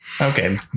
Okay